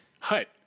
Hut